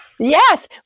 Yes